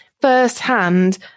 firsthand